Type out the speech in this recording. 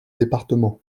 départements